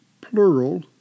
plural